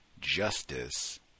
justice